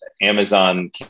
Amazon